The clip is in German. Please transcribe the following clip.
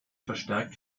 verstärkt